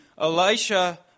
Elisha